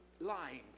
lying